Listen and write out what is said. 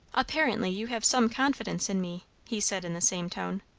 apparently you have some confidence in me, he said in the same tone.